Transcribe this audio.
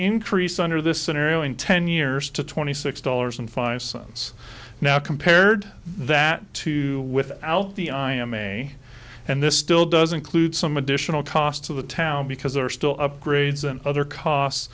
increase under this scenario in ten years to twenty six dollars and five cents now compared that to without the i m a and this still doesn't clude some additional cost to the town because there are still upgrades and other costs